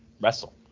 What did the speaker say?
wrestle